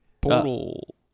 Portal